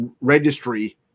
registry